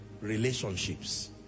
Relationships